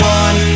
one